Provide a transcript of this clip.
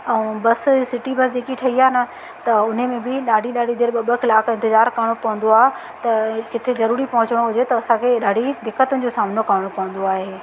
ऐं बस सुठी बस जेकी ठही आहे न त उन में ॾाढी ॾाढी देरि ॿ ॿ कलाक इंतज़ारु करिणो पवंदो आहे त किथे ज़रूरी पहुचणो हुजे त असांखे ॾाढी दिक़तुनि जो सामनो करिणो पवंदो आहे